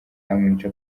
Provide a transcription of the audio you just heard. amwica